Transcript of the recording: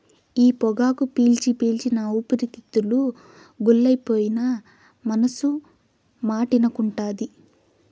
ఈ పొగాకు పీల్చి పీల్చి నా ఊపిరితిత్తులు గుల్లైపోయినా మనసు మాటినకుంటాంది